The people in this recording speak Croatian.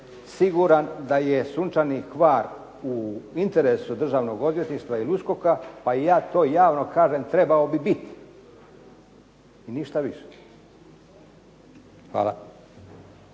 siguran da je "Sunčani Hvar" u interesu državnog odvjetništva ili USKOK-a, pa ja to javno kažem trebao bi biti, i ništa više. Hvala.